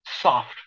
soft